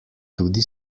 tudi